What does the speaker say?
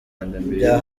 bya